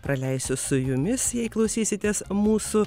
praleisiu su jumis jei klausysitės mūsų